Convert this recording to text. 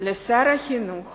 שר החינוך